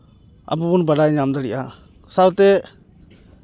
ᱟᱵᱚ ᱵᱚᱱ ᱵᱟᱰᱟᱭ ᱧᱟᱢ ᱫᱟᱲᱮᱭᱟᱜᱼᱟ ᱥᱟᱶᱛᱮ